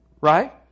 Right